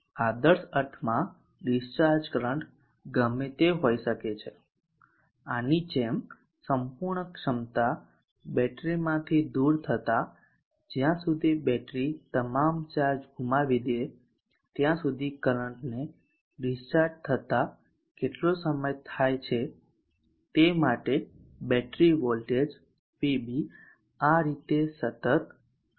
આદર્શ અર્થમાં discharge current ગમે તે હોઈ શકે આની જેમ સંપૂર્ણ ક્ષમતા બેટરીમાંથી દૂર થતાં જ્યાં સુધી બેટરી તમામ ચાર્જ ગુમાવી દે ત્યાં સુધી કરંટ ને ડીસ્ચાર્જ થતા કેટલો સમય થાય છે તે માટે બેટરી વોલ્ટેજ vb આ રીતે સતત રહેશે